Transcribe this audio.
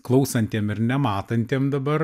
klausantiem ir nematantiem dabar